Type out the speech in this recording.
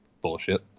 Bullshit